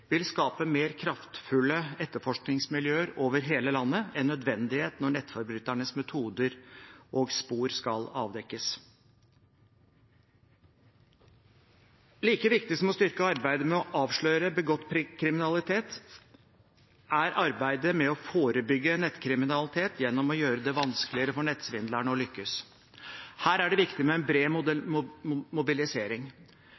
vil skape mer kraftfulle etterforskningsmiljøer over hele landet – en nødvendighet når nettforbryternes metoder og spor skal avdekkes. Like viktig som å styrke arbeidet med å avsløre begått kriminalitet er arbeidet med å forebygge nettkriminalitet gjennom å gjøre det vanskeligere for nettsvindlerne å lykkes. Her er det viktig med en bred